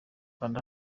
kanda